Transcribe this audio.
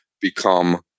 become